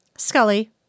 Scully